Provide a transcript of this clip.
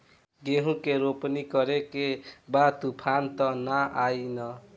गेहूं के रोपनी करे के बा तूफान त ना आई न?